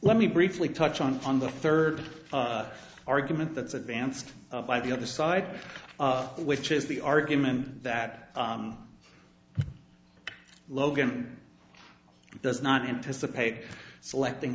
let me briefly touch on on the third argument that's advanced by the other side which is the argument that logan does not anticipate selecting